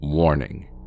Warning